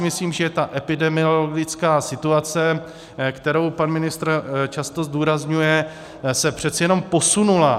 Myslím si, že epidemiologická situace, kterou pan ministr často zdůrazňuje, se přece jenom posunula.